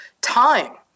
time